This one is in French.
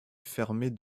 fermée